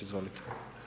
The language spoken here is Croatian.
Izvolite.